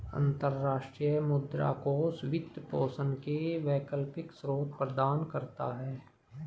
अंतर्राष्ट्रीय मुद्रा कोष वित्त पोषण के वैकल्पिक स्रोत प्रदान करता है